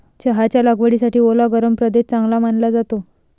चहाच्या लागवडीसाठी ओला गरम प्रदेश चांगला मानला जातो